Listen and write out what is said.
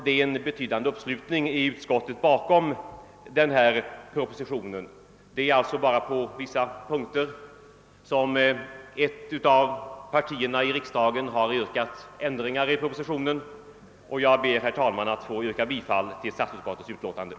Det är en betydande uppslutning i utskottet bakom denna proposition. Det är alltså bara på vissa punkter som ett av partierna i riksdagen yrkat på ändringar i propositionens förslag, och jag ber att få yrka bifall till utskottets hemställan.